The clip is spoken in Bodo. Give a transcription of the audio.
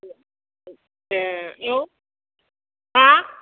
ए औ हा